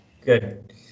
Good